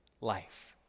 life